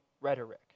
rhetoric